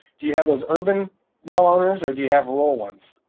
do you have those urban well owners or do you have rural ones.